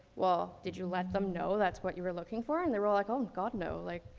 well, did you let them know that's what you were looking for? and they were like, oh, god no. like,